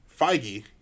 Feige